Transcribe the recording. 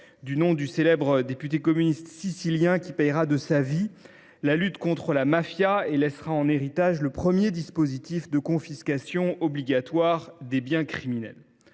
du nom du célèbre député communiste sicilien qui paiera de sa vie la lutte contre la mafia et laissera en héritage le premier dispositif de confiscation obligatoire des biens criminels.